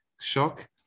shock